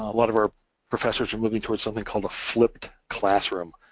a lot of our professors are moving towards something called a flipped classroom,